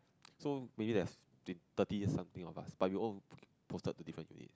so maybe there's thirty something of us but we all posted to different unit